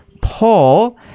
Paul